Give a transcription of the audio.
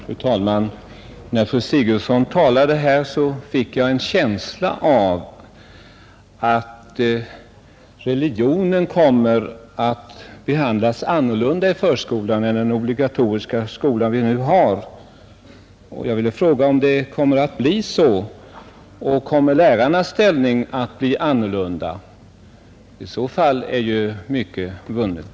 Fru talman! När fru Sigurdsen talade, fick jag en känsla av att religionen kommer att behandlas annorlunda i förskolan än i den obligatoriska skola vi nu har, Jag skulle vilja fråga om det kommer att bli så och om lärarnas ställning kommer att bli annorlunda. I så fall vore mycket vunnet.